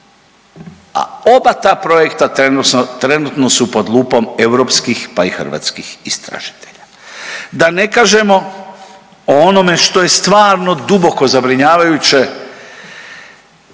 A oba ta projekta trenutno su pod lupom europskih pa i hrvatskih istražitelja. Da ne kažemo o onome što je stvarno duboko zabrinjavajuće